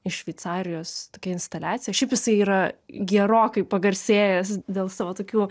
iš šveicarijos tokia instaliacija šiaip jisai yra gerokai pagarsėjęs dėl savo tokių